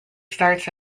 starts